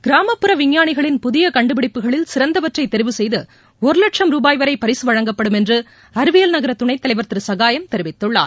கிராமப்புற விஞ்ஞானிகளின் புதிய கண்டுபிடிப்புகளில் சிறந்தவற்றை தெரிவு செய்து ஒரு லட்சம் ரூபாய் வரை பரிசு வழங்கப்படும் என்று அறிவியல் நகர துணைத் தலைவர் திரு சகாயம் தெரிவித்துள்ளார்